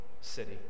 city